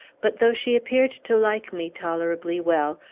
but, though she appeared to like me tolerably well,